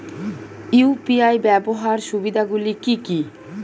UPI ব্যাবহার সুবিধাগুলি কি কি?